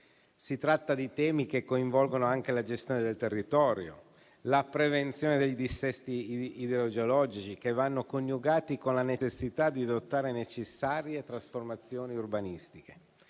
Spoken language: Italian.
Si tratta di temi che coinvolgono anche la gestione del territorio e la prevenzione dei dissesti idrogeologici, che vanno coniugati con il bisogno di adottare necessarie trasformazioni urbanistiche.